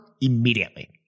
immediately